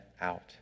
out